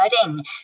cutting